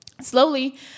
Slowly